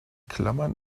klammern